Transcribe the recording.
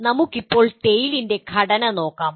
ഇപ്പോൾ നമുക്ക് TALE ൻ്റെ ഘടന നോക്കാം